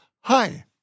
Hi